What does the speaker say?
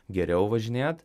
geriau važinėt